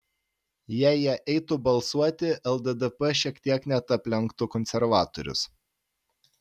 jei jie eitų balsuoti lddp šiek tiek net aplenktų konservatorius